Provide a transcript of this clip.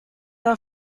are